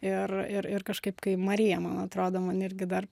ir ir ir kažkaip kai marija man atrodo man irgi dar